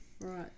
Right